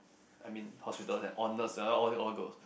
I mean hospital they honest honestly all girls